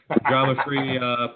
drama-free